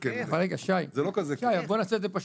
שי, נעשה את זה פשוט.